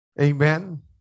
Amen